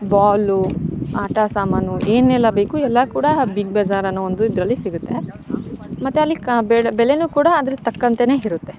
ಬಾಲು ಆಟ ಸಾಮಾನು ಏನೆಲ್ಲ ಬೇಕು ಎಲ್ಲ ಕೂಡ ಬಿಗ್ ಬಜಾರ್ ಅನ್ನೋ ಒಂದು ಇದರಲ್ಲಿ ಸಿಗುತ್ತೆ ಮತ್ತು ಅಲ್ಲಿ ಬೇಳೆ ಬೆಲೆನೂ ಕೂಡ ಅದ್ರ ತಕ್ಕಂತೇ ಇರುತ್ತೆ